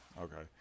okay